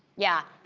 yeah.